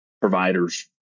providers